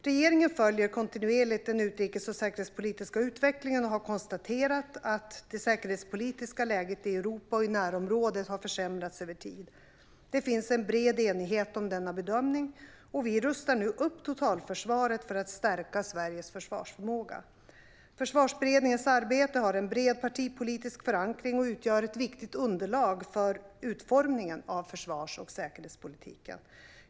Regeringen följer kontinuerligt den utrikes och säkerhetspolitiska utvecklingen och har konstaterat att det säkerhetspolitiska läget i Europa och i närområdet har försämrats över tid. Det finns en bred enighet om denna bedömning, och vi rustar nu upp totalförsvaret för att stärka Sveriges försvarsförmåga. Försvarsberedningens arbete har en bred partipolitisk förankring och utgör ett viktigt underlag för utformningen av försvars och säkerhetspolitiken.